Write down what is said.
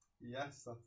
Yes